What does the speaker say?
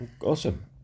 Awesome